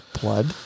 blood